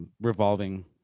revolving